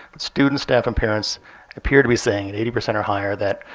students, staff, and parents appear to be saying, at eighty percent or higher, that,